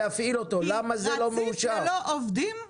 נעבור לשאלות הבאות.